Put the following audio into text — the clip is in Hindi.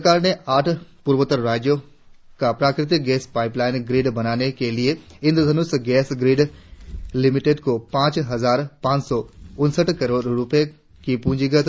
सरकार ने आठ पूर्वोत्तर राज्यों का प्राकृतिक गैस पाइपलाइन ग्रिड बनाने के लिए इन्द्रधनुष गैस ग्रिड लिमिटेड को पांच हजार पांच सौ उनसठ करोड़ रुपये का प्रंजीगत अनुदान मंजूर किया है